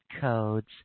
Codes